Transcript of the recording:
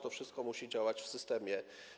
To wszystko musi działać w systemie.